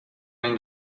این